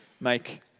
make